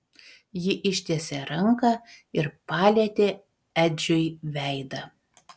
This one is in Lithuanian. ji ištiesė ranką ir palietė edžiui veidą